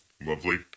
Lovely